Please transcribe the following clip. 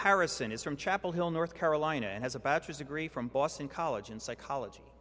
harrison is from chapel hill north carolina and has a bachelor's degree from boston college in psychology